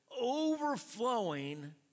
overflowing